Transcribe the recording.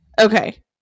Okay